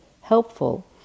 helpful